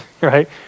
right